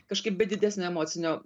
kažkaip be didesnio emocinio